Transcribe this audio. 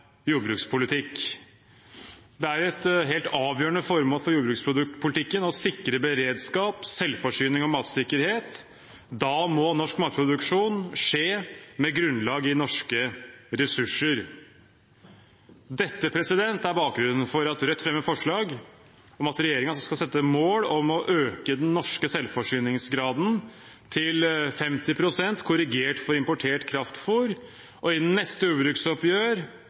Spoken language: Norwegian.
jordbrukspolitikk. Et helt avgjørende formål for jordbrukspolitikken er å sikre beredskap, selvforsyning og matsikkerhet. Da må norsk matproduksjon skje med grunnlag i norske ressurser. Dette er bakgrunnen for at Rødt fremmer forslag om at regjeringen skal sette mål om å øke den norske selvforsyningsgraden til 50 pst. korrigert for importert kraftfôr, og innen neste jordbruksoppgjør